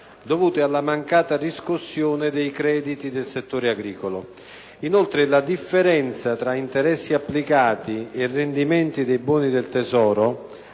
dovute alla mancata riscossione dei crediti del settore agricolo. Inoltre, la differenza tra interessi applicati e rendimenti dei buoni del Tesoro